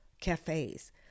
cafes